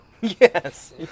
yes